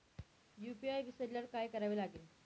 UPI विसरल्यावर काय करावे लागेल?